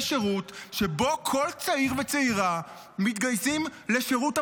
שירות שבו כל צעיר וצעירה מתגייסים לשירות המדינה,